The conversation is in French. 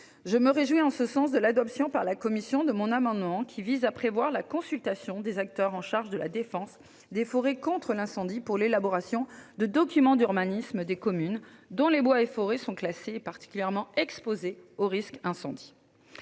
Je me réjouis en ce sens de l'adoption par la commission spéciale de mon amendement qui vise à consulter les acteurs en charge de la défense de la forêt contre les incendies pour l'élaboration de documents d'urbanisme par les communes dont les bois et forêts sont classés et particulièrement exposés aux risques